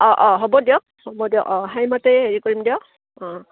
অঁ অঁ হ'ব দিয়ক হ'ব দিয়ক অঁ সেইমতে হেৰি কৰিম দিয়ক অঁ